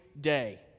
day